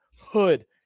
hood